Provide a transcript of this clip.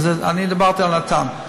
אז אני דיברתי על נט"ן.